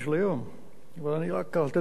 אבל זה רק לתת דוגמה: ביום ראשון,